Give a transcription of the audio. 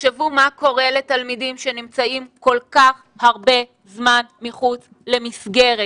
תחשבו מה קורה לתלמידים שנמצאים כל כך הרבה זמן מחוץ למסגרת,